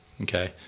Okay